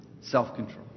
Self-control